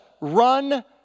run